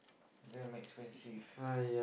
damn expensive